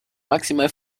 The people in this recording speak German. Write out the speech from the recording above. maximal